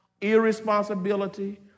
irresponsibility